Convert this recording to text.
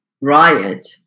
riot